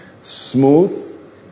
smooth